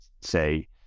say